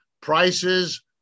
prices